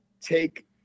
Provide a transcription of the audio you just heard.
take